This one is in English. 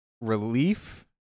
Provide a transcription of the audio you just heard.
relief